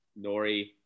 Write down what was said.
Nori